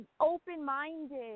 open-minded